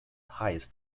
highest